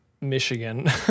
Michigan